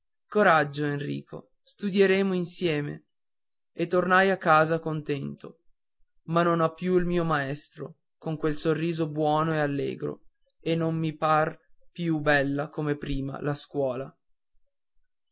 coraggio enrico studieremo insieme e tornai a casa contento ma non ho più il mio maestro con quel sorriso buono e allegro e non mi par più bella come prima la scuola